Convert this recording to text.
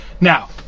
Now